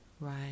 right